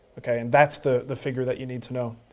okay? and that's the the figure that you need to know.